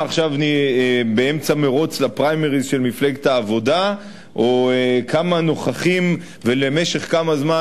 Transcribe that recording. עכשיו באמצע מירוץ לפריימריס של מפלגת העבודה או כמה נוכחים ולמשך כמה זמן,